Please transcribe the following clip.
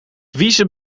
wiezen